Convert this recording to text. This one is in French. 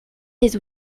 des